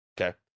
okay